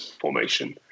formation